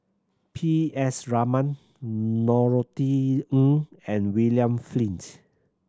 P S Raman Norothy Ng and William Flint